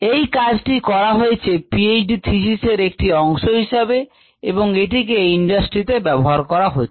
এই কাজটি করা হয়েছে পিএইচডি থিসিস এর একটি অংশ হিসেবে এবং এটিকে ইন্ডাস্ট্রিতেও ব্যবহার করা হচ্ছে